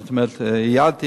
זאת אומרת ייעדתי,